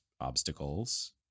obstacles